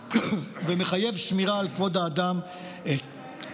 ומחייב שמירה על כבוד האדם וחירותו.